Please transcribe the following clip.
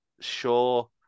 Sure